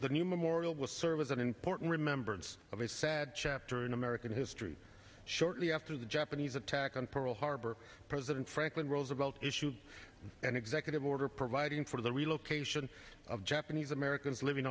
the new memorial will serve as an important remembered of a sad chapter in american history shortly after the japanese attack on pearl harbor president franklin roosevelt issued an executive order providing for the relocation of japanese americans living